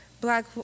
black